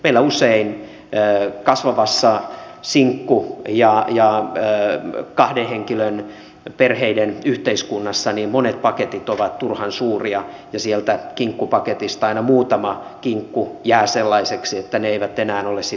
meillä usein kasvavassa sinkku ja kahden henkilön perheiden yhteiskunnassa monet paketit ovat turhan suuria ja sieltä kinkkupaketista aina muutama kinkku jää sellaiseksi että ne eivät enää ole sitten syömäkelpoisia